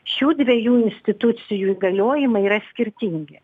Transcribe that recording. šių dviejų institucijų įgaliojimai yra skirtingi